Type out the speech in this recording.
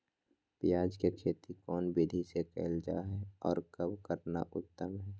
प्याज के खेती कौन विधि से कैल जा है, और कब करना उत्तम है?